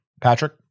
Patrick